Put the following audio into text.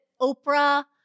Oprah